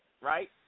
right